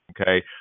Okay